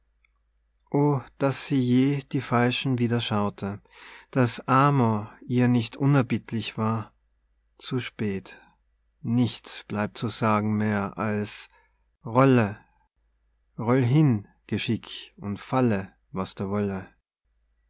daß sie je die falschen wieder schaute daß amor ihr nicht unerbittlich war zu spät nichts bleibt zu sagen mehr als rolle roll hin geschick und falle was da wolle